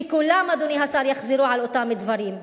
שכולן, אדוני השר, יחזרו על אותם דברים.